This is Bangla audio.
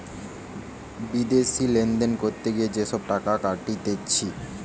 বিদেশি লেনদেন করতে গিয়ে যে সব টাকা কাটতিছে